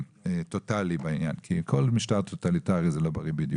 טוטאליים בעניין כי כל משטר טוטליטארי זה לא בריא.